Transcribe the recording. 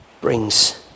brings